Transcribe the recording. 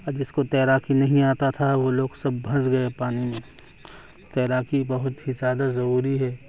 جس کو تیراکی نہیں آتا تھا وہ لوگ سب پھنس گئے پانی میں تیراکی بہت ہی زیادہ ضروری ہے